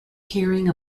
carrying